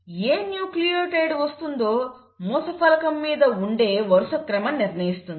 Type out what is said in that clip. ఏ nucleotide వస్తుందో మూస ఫలకం మీద ఉండే వరుసక్రమం నిర్ణయిస్తుంది